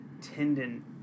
tendon